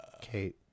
Kate